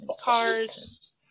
cars